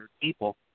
people